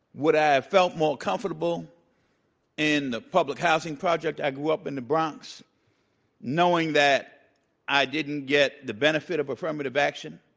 would i have felt more comfortable in the public housing project i grew up in the bronx knowing that i didn't get the benefit of affirmative action,